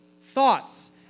thoughts